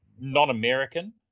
Non-American